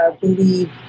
believe